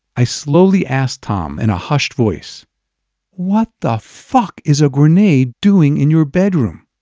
i slowly asked tom in a hushed voice what the fuck is a grenade doing in your bedroom?